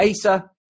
Asa